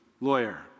lawyer